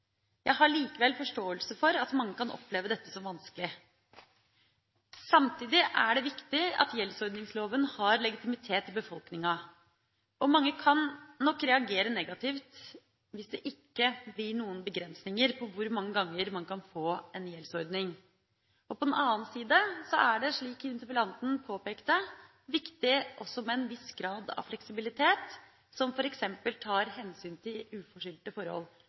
Jeg har likevel forståelse for at mange kan oppleve dette som vanskelig. Samtidig er det viktig at gjeldsordningsloven har legitimitet i befolkninga. Mange kan nok reagere negativt hvis det ikke er noen begrensninger for hvor mange ganger man kan få en gjeldsordning. På den andre siden er det, slik interpellanten påpekte, også viktig med en viss grad av fleksibilitet, som f.eks. tar hensyn til uforskyldte forhold.